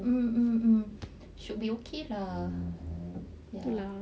mm should be okay lah ya